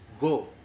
go